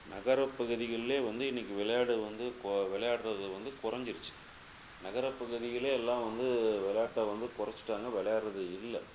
நகரப்பகுதிகள்லேயே வந்து இன்றைக்கு விளையாடு வந்து கொ விளையாடுறது வந்து குறஞ்சிருச்சு நகரப்பகுதிகள்லேயே எல்லாம் வந்து விளையாட்ட வந்து குறச்சிட்டாங்க விளையாட்றது இல்லை